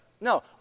No